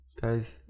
guys